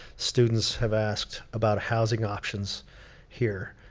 students have asked about housing options here.